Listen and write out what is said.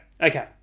Okay